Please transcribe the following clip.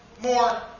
more